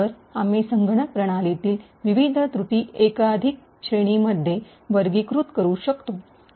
तर आम्ही संगणक प्रणालीतील विविध त्रुटी एकाधिक श्रेणींमध्ये वर्गीकृत करू शकतो